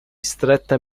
stretta